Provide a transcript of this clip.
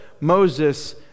Moses